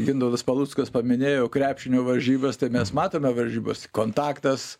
gintautas paluckas paminėjo krepšinio varžybas tai mes matome varžybas kontaktas